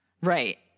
Right